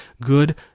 good